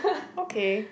okay